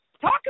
talk